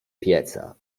pieca